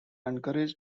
encouraged